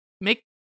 make